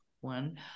one